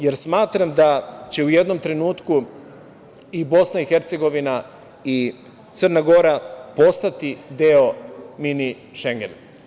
Jer smatram da će u jednom trenutku i BiH i Crna Gora postati deo Mini šengena.